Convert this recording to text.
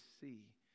see